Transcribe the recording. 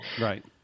Right